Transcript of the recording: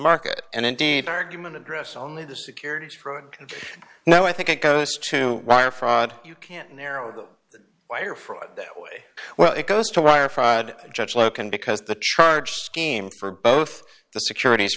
market and indeed argument address only the securities fraud no i think it goes to wire fraud you can't narrow wire fraud well it goes to wire fraud judge loken because the charge scheme for both the securities